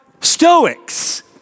Stoics